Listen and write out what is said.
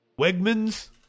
Wegman's